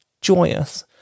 joyous